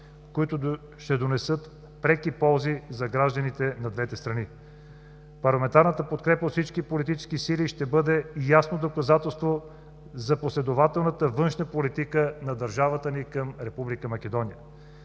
които ще донесат преки ползи за гражданите на двете страни. Парламентарната подкрепа от всички политически сили ще бъде ясно доказателство за последователната външна политика на държавата ни към Република Македония.